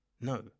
no